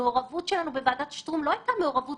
המעורבות שלנו בוועדת שטרום לא הייתה מעורבות